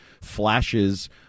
flashes